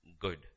good